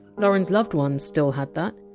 lauren! s loved ones still had that,